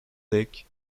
thick